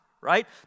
right